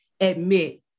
admit